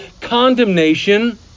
condemnation